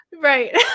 Right